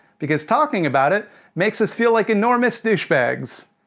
because talking about it makes us feel like enormous douchebags.